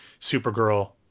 Supergirl